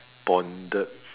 bonded